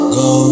go